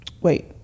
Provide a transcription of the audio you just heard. Wait